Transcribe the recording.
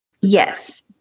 Yes